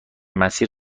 مسیر